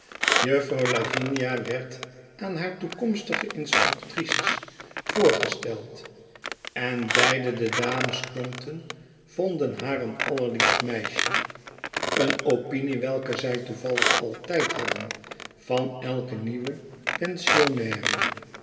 lavinia werd aan haar toekomstige institutrices voorgesteld en beide de dames crumpton vonden haar een allerliefst meisje een opinie welke zij toevallig altijd hadden van elke nieuwe